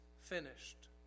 finished